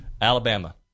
Alabama